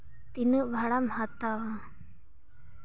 ᱛᱤᱱᱟᱹᱜ ᱵᱷᱟᱲᱟᱢ ᱦᱟᱛᱟᱣᱟ